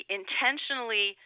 intentionally